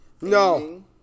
no